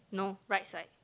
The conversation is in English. no right side